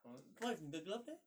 uh what if the glove leh